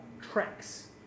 tracks